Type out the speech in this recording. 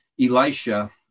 Elisha